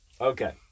Okay